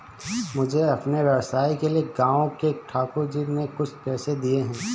मुझे अपने व्यवसाय के लिए गांव के ठाकुर जी ने कुछ पैसे दिए हैं